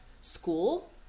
school